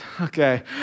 Okay